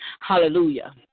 Hallelujah